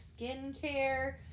skincare